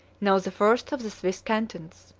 now the first of the swiss cantons.